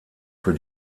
für